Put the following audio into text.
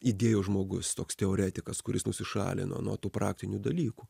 idėjų žmogus toks teoretikas kuris nusišalino nuo tų praktinių dalykų